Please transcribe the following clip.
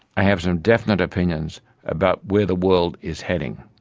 i have some definite opinions about where the world is heading.